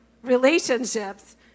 relationships